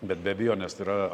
bet be abejonės tai yra